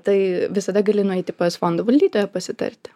tai visada gali nueiti pas fondo valdytoją pasitarti